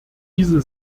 diese